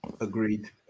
Agreed